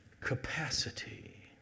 capacity